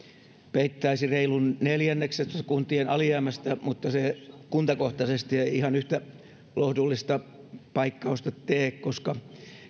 peittäisi reilun neljänneksen kuntien alijäämästä mutta kuntakohtaisesti se ei ihan yhtä lohdullista paikkausta tee koska